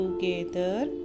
together